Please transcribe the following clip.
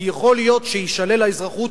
כי יכול להיות שתישלל האזרחות,